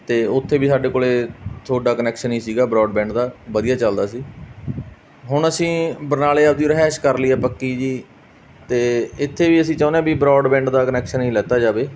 ਅਤੇ ਉੱਥੇ ਵੀ ਸਾਡੇ ਕੋਲ ਤੁਹਾਡਾ ਕਨੈਕਸ਼ਨ ਹੀ ਸੀਗਾ ਬਰੋਡਬੈਂਡ ਦਾ ਵਧੀਆ ਚੱਲਦਾ ਸੀ ਹੁਣ ਅਸੀਂ ਬਰਨਾਲੇ ਆਪਣੀ ਰਿਹਾਇਸ਼ ਕਰ ਲਈ ਹੈ ਪੱਕੀ ਜੀ ਅਤੇ ਇੱਥੇ ਵੀ ਅਸੀਂ ਚਾਹੁੰਦੇ ਹਾਂ ਵੀ ਬਰੋਡਵਿੰਡ ਦਾ ਕਨੈਕਸ਼ਨ ਹੀ ਲਿੱਤਾ ਜਾਵੇ